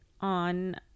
on